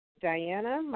Diana